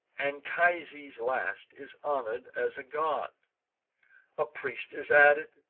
anchises, last, is honor'd as a god a priest is added,